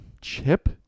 Chip